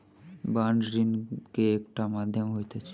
bond ऋण के एकटा माध्यम होइत अछि